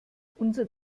unser